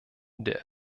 der